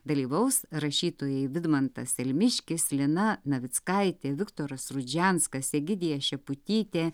dalyvaus rašytojai vidmantas elmiškis lina navickaitė viktoras rudžianskas egidija šeputytė